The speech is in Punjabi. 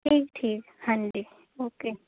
ਠੀਕ ਠੀਕ ਹਾਂਜੀ ਓਕੇ